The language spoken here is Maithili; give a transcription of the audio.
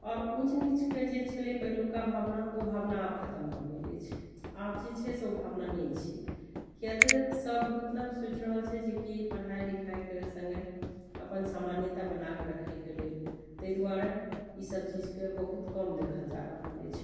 आओर ऊँच नीच के जे छलै पहिलुका भावना ओ भावना भावना आब खतम भऽ गेल अछि आब जे छै से ओ भावना नहि छै किए तऽ सब मतलब सोचि रहल छै जेकी पढ़ाइ लिखाइ के सङ्गे अपन समान्यता बना कऽ रखै के लेल ताहि दुआरे ईसब चीज के बहुत कम देखल जा रहल अछि